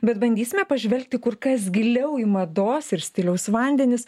bet bandysime pažvelgti kur kas giliau į mados ir stiliaus vandenis